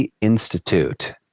Institute